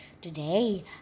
today